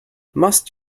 must